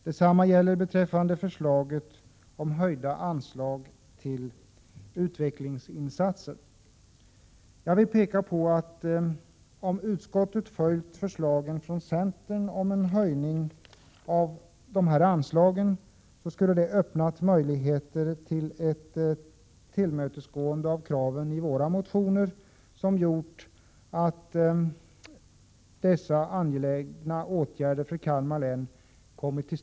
Detsamma gäller förslaget om höjda anslag till utvecklingsinsatser. Om utskottet hade följt centerns förslag om en höjning av dessa anslag, skulle det ha möjliggjort ett tillmötesgående av kraven i våra motioner. Därigenom skulle dessa för Kalmar så angelägna åtgärder ha kunnat vidtas.